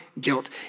guilt